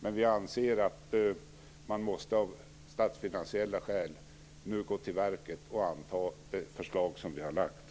Men vi anser att man av statsfinansiella skäl nu måste gå till verket och anta det förslag som vi har lagt.